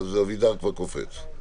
אז אבידר כבר קופץ.